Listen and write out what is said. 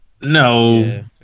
No